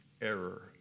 error